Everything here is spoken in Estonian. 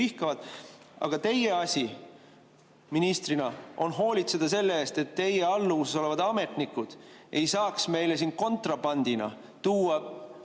Aga teie asi ministrina on hoolitseda selle eest, et teie alluvuses olevad ametnikud ei saaks meile siin kontrabandina tuua